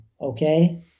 okay